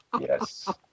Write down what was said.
yes